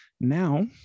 now